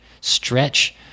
stretch